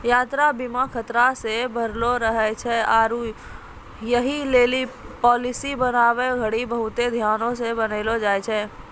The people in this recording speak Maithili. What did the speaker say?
यात्रा बीमा खतरा से भरलो रहै छै आरु यहि लेली पालिसी बनाबै घड़ियां बहुते ध्यानो से बनैलो जाय छै